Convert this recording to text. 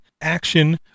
action